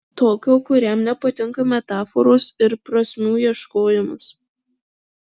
tokio kuriam nepatinka metaforos ir prasmių ieškojimas